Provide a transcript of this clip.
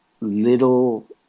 little